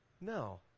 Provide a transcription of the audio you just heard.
No